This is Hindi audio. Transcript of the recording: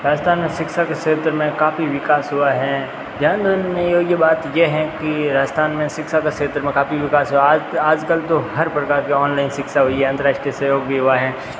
राजस्थान में शिक्षा के क्षेत्र में काफ़ी विकास हुआ है ध्यान देने योग्य बात ये हैं कि राजस्थन में शिक्षा का क्षेत्र में काफ़ी विकास हुआ है आज आज कल तो हर प्रकार के ऑनलाइन शिक्षा हुई है अंतरराष्ट्रीय सहयोग भी हुआ है